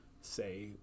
say